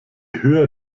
höher